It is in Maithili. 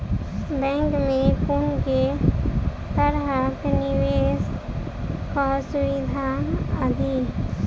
बैंक मे कुन केँ तरहक निवेश कऽ सुविधा अछि?